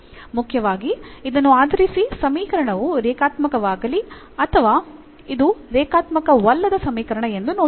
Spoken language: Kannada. ಮುಖ್ಯವಾಗಿ ಇದನ್ನು ಆಧರಿಸಿ ಸಮೀಕರಣವು ರೇಖಾತ್ಮಕವಾಗಲಿ ಅಥವಾ ಇದು ರೇಖಾತ್ಮಕವಲ್ಲದ ಸಮೀಕರಣ ಎಂದು ನೋಡಿದ್ದೇವೆ